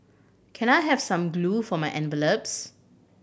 can I have some glue for my envelopes